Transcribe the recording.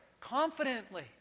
confidently